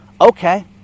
Okay